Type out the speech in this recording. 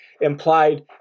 implied